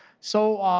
so,